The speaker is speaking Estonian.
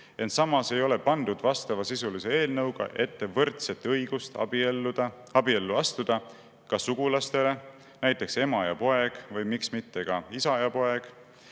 samas ei ole pandud vastavasisulise eelnõuga ette võrdset õigust abiellu astuda ka sugulastele, näiteks ema ja poeg või miks mitte ka isa ja poeg,